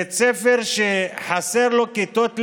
לבית ספר חסרות כיתות לימוד,